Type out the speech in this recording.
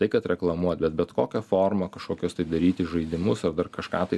tai kad reklamuot bet bet kokia forma kažkokius tai daryti žaidimus ar dar kažką tai